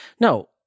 No